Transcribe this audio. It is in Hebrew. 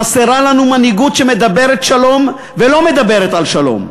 חסרה לנו מנהיגות שמדברת שלום, ולא מדברת על שלום.